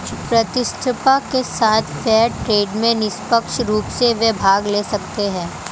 प्रतिस्पर्धा के साथ फेयर ट्रेड में निष्पक्ष रूप से वे भाग ले सकते हैं